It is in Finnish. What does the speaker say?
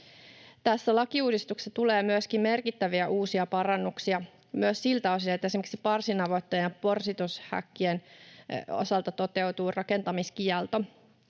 Tässä lakiuudistuksessa tulee myöskin merkittäviä uusia parannuksia siltä osin, että esimerkiksi parsinavettojen ja porsitushäkkien osalta toteutuu rakentamiskielto.